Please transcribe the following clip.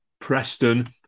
Preston